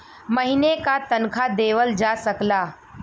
महीने का तनखा देवल जा सकला